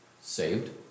saved